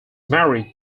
married